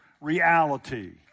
reality